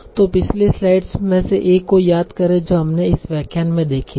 तो पिछली स्लाइड्स में से एक को याद करें जो हमने इस व्याख्यान में देखी थी